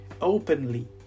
openly